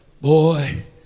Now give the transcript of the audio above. Boy